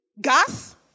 Gas